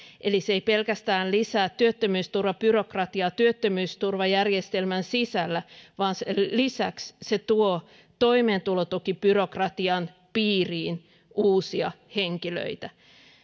eli se ei pelkästään lisää työttömyysturvabyrokratiaa työttömyysturvajärjestelmän sisällä vaan sen lisäksi se tuo toimeentulotukibyrokratian piiriin uusia henkilöitä